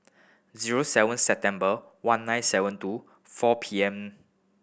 zero seven September one nine seven two four P M